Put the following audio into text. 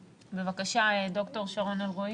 בבקשה, ד"ר שרון אלרעי.